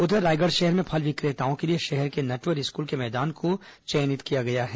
उधर रायगढ़ शहर में फल विक्रेताओं के लिए शहर के नटवर स्कूल के मैदान को चयनित किया गया है